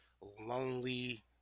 lonely